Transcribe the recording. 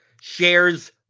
shares